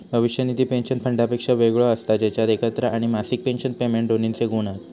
भविष्य निधी पेंशन फंडापेक्षा वेगळो असता जेच्यात एकत्र आणि मासिक पेंशन पेमेंट दोन्हिंचे गुण हत